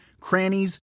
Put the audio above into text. crannies